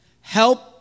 Help